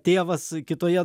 tėvas kitoje